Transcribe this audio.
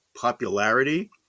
popularity